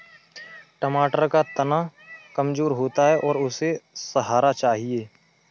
टमाटर का तना कमजोर होता है और उसे सहारा चाहिए